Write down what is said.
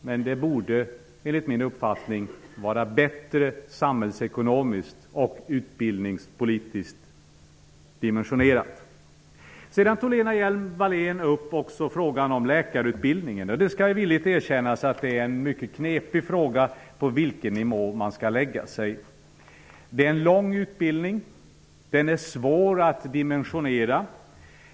Men det borde, enligt min uppfattning, vara bättre samhällsekonomiskt och utbildningspolitiskt dimensionerat. Lena Hjelm-Wallén tog också upp frågan om läkarutbildningen. Det skall villigt erkännas att valet av den nivå som man skall välja är en knepig fråga. Utbildningen är lång. Den är svår att dimensionera.